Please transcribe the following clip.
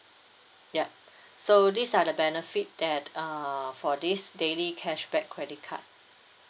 ya so these are the benefit that uh for this daily cashback credit card